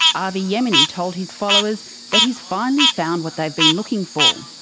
avi yemini told his followers that he's finally found what they've been looking for.